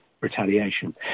retaliation